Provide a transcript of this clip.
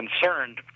concerned